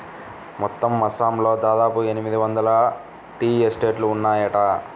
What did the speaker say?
మొత్తం అస్సాంలో దాదాపు ఎనిమిది వందల టీ ఎస్టేట్లు ఉన్నాయట